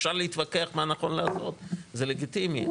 אפשר להתווכח מה נכון לעשות, זה לגיטימי.